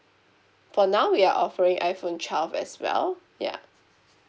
for now we are offering iPhone twelve as well ya